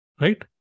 right